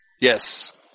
Yes